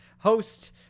Host